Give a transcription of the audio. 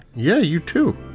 yeah, you too.